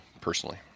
personally